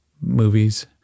movies